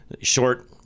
short